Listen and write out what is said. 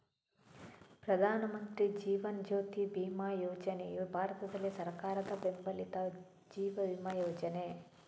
ಪ್ರಧಾನ ಮಂತ್ರಿ ಜೀವನ್ ಜ್ಯೋತಿ ಬಿಮಾ ಯೋಜನೆಯು ಭಾರತದಲ್ಲಿ ಸರ್ಕಾರದ ಬೆಂಬಲಿತ ಜೀವ ವಿಮಾ ಯೋಜನೆ